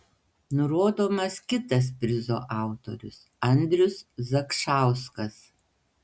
nurodomas kitas prizo autorius andrius zakšauskas